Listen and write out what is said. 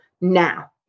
now